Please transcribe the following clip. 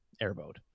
airboat